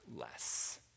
less